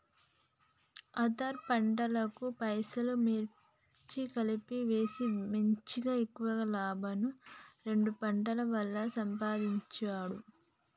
అంతర్ పంటలుగా పెసలు, మిర్చి కలిపి వేసి మంచిగ ఎక్కువ లాభంను రెండు పంటల వల్ల సంపాధించిండు